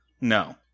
No